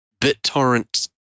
BitTorrent